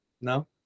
No